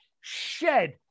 shed